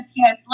yes